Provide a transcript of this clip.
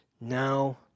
Now